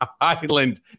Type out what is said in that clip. Island